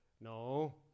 No